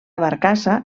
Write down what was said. barcassa